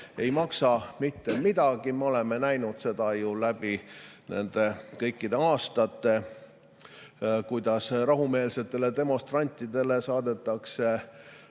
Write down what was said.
ei maksa mitte midagi. Me oleme näinud seda ju läbi kõikide nende aastate, kuidas rahumeelsetele demonstrantidele saadetakse